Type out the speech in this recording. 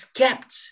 kept